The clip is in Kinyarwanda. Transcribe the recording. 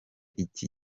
iki